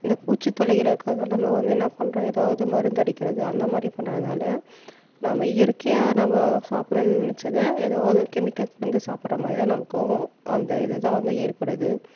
இந்த பூச்சி தொல்லைகளுக்காக நம்ம வந்து என்ன பண்ணுறோம் எதாவது மருந்து அடிக்கிறது அந்த மாதிரி பண்ணுறதுனால நாம்ம இயற்கையா நாம்ம சாப்பிட்ணும் நினச்சத எதாவது கெமிக்கல் கலந்து சாப்பிட்ற மாதிரி தான் நமக்கும் அந்த இது தான் வந்து ஏற்படுது